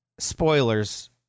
Spoilers